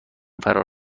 فرا